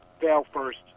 fail-first